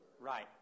Right